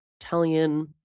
Italian